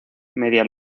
media